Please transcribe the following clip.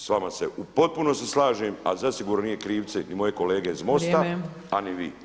S vama se u potpunosti slažem, a zasigurno nisu krivci moje kolege iz MOST-a, a ni vi.